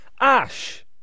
Ash